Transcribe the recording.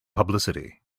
publicity